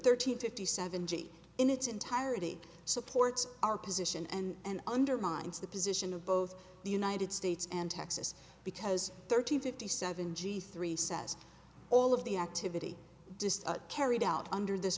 thirteen to fifty seven g in its entirety supports our position and undermines the position of both the united states and texas because thirteen fifty seven g three says all of the activity dist carried out under this